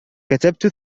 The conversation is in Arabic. كتبت